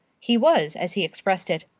he was, as he expressed it,